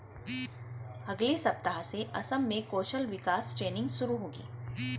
अगले सप्ताह से असम में कौशल विकास ट्रेनिंग शुरू होगी